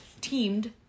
Teamed